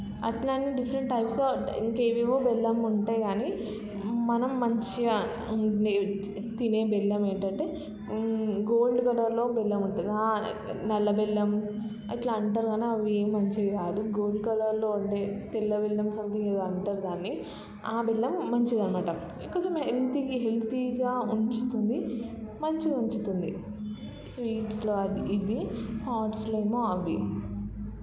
అట్లాంటి different types of ఇంకేవో బెల్లం ఉంటాయి కానీ మనం మంచిగా ఉండే తినే బెల్లం ఏంటంటే గోల్డ్ కలర్లో బెల్లం ఉంటుంది నల్లబెల్లం ఇట్లా అంటారు కానీ అవేమీ మంచిగా రావు గోల్డ్ కలర్లో ఉండే తెల్ల బెల్లం సంథింగ్ ఏదో అంటారు దాన్ని ఆ బెల్లం మంచిది అన్నమాట కొంచెం హెల్తీ హెల్తీగా ఉంచుతుంది మంచిగా ఉంచుతుంది స్వీట్స్లో ఇది హాట్స్లో ఏమో అవి